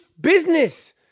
business